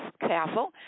Castle